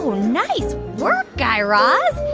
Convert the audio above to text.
nice work, guy raz.